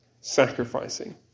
sacrificing